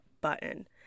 button